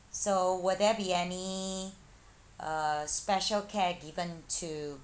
so will there be any uh special care given to